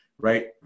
Right